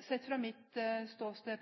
Sett fra mitt ståsted